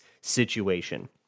situation